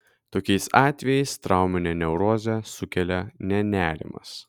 tokiais atvejais trauminę neurozę sukelia ne nerimas